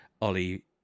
ollie